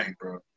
bro